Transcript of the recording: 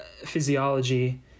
physiology